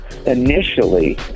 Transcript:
initially